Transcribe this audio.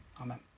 Amen